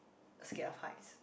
scared of heights